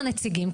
ועם הנציגים,